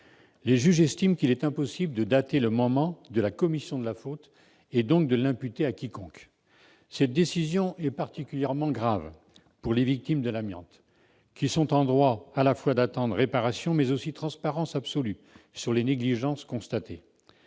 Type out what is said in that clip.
Les juges estiment qu'il est impossible de dater le moment de la commission de la faute, et donc d'imputer celle-ci à quiconque. Cette décision est particulièrement grave pour les victimes de l'amiante, qui sont en droit d'attendre réparation mais aussi transparence absolue sur les négligences constatées.